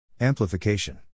Amplification